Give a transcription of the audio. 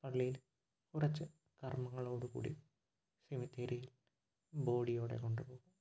പള്ളിയിൽ കുറച്ച് കർമ്മങ്ങളോട് കൂടി സെമിത്തേരിയില് ബോഡിയോടെ കൊണ്ടുപോകും